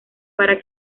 para